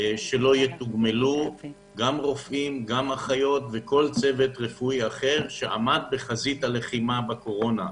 שלא יתוגמלו מבין כל אנשי הרפואה שעמדו בחזית הלחימה בקורונה,